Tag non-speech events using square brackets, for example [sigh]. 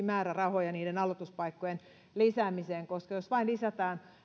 [unintelligible] määrärahoja myöskin niiden aloituspaikkojen lisäämiseen koska jos vain lisätään